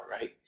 right